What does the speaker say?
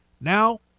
Now